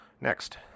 Next